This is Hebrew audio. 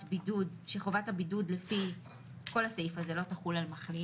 הבידוד לפי כל הסעיף הזה לא תחול על מחלים